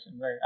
right